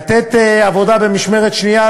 להנהיג עבודה במשמרת שנייה,